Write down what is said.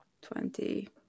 Twenty